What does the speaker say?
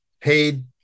paid